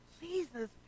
Jesus